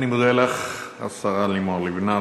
אני מודה לך, השרה לימור לבנת.